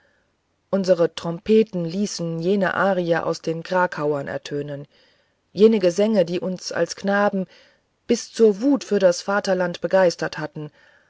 unsere trompeten ließen jene arien aus den krakauern ertönen jene gesänge die uns als knaben bis zur wut für das vaterland begeistert hatten